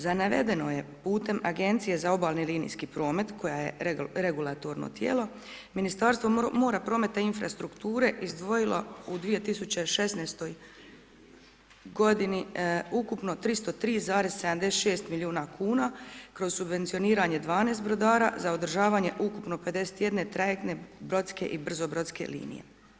Za navedeno je putem Agencije za obalni linijski promet koja je regulatorno tijelo Ministarstvo mora, prometa i infrastrukture izdvojilo u 2016. godini ukupno 303,76 milijuna kuna kroz subvencioniranje 12 brodara, za održavanje ukupno 51 trajektne, brodske i brzobrodske linije.